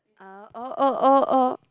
ah oh oh oh oh